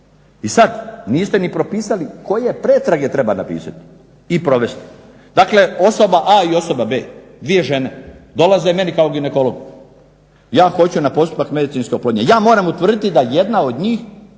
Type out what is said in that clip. I sad niste ni propisali koje pretrage treba napisati i provesti. Dakle, osoba A i osoba B, dvije žene dolaze meni kao ginekologu. Ja hoću na postupak medicinske oplodnje. Ja moram utvrditi da jedna od njih